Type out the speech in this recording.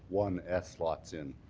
one s lots in,